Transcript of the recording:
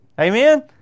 Amen